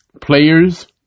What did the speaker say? players